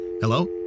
Hello